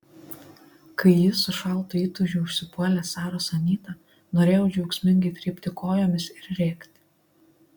kai ji su šaltu įtūžiu užsipuolė saros anytą norėjau džiaugsmingai trypti kojomis ir rėkti